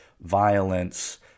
violence